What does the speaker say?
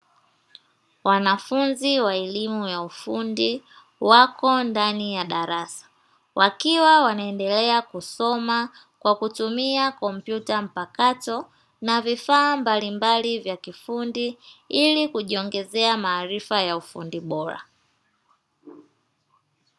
Wanafunzi wa elimu ya ufundi wako ndani ya darasa, wakiwa wanaendelea kusoma kwa kutumia kompyuta mpakato na vifaa mbalimbali vya kiufundi ili kujiongezea maarifa ya ufundi bora.